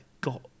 got